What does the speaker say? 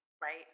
right